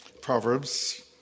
Proverbs